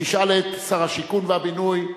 שישאל את שר השיכון והבינוי,